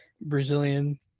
Brazilian